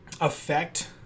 affect